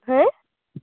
ᱦᱮᱸ